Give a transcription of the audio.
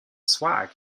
swag